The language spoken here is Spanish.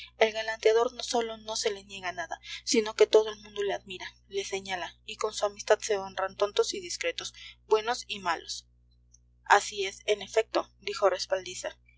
al galanteador no sólo no se le niega nada sino que todo el mundo le admira le señala y con su amistad se honran tontos y discretos buenos y malos así es en efecto dijo respaldiza lo